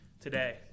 today